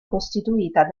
costituita